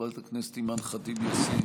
חברת הכנסת אימאן ח'טיב יאסין,